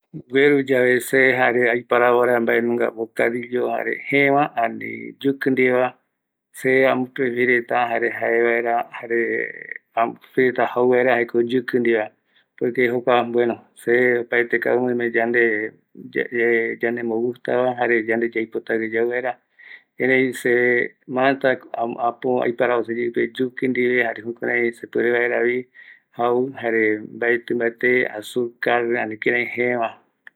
Ma ko se aiparavota jukuraiye jae yau va jau yave, ma jau jembosɨ va, mbaetɨ mbate ko se jau ayepokua jëë va jau vaera, esa ojaete, aramoete sepɨa kirai oyapo, jaeramo ko se ma aeka mbae reta oime yave jëë äve, o jembosɨ äve va, jokua nunga reta se jau.